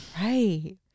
Right